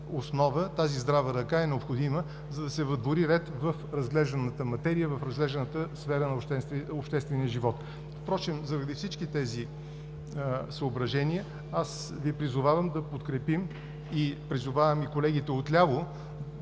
тази здрава ръка е необходима, за да се въдвори ред в разглежданата материя, в разглежданата сфера на обществения живот. Впрочем заради всички тези съображения Ви призовавам да подкрепим, призовавам и колегите отляво